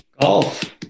Golf